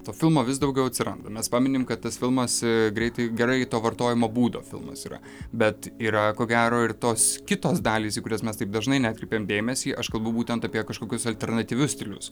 to filmo vis daugiau atsiranda mes paminim kad tas filmas greitai gerai to vartojimo būdo filmas yra bet yra ko gero ir tos kitos dalys į kurias mes taip dažnai neatkreipiam dėmesį aš kalbu būtent apie kažkokius alternatyvius stilius